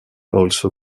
also